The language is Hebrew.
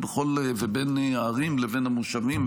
ובין ערים לבין מושבים,